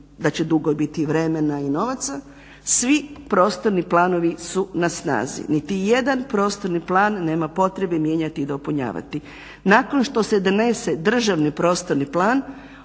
da će dugo biti vremena i novaca, svi prostorni planovi su na snazi. Niti jedan prostorni plan nema potrebe mijenjati i dopunjavati. Nakon što se donese Državni prostorni plan